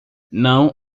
não